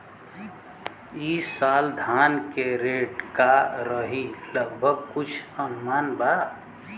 ई साल धान के रेट का रही लगभग कुछ अनुमान बा?